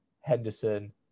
Henderson